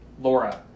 Laura